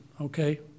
okay